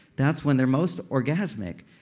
that's when they're most orgasmic.